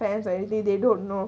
friends or anything they don't know